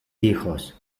hijos